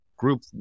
group